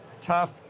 tough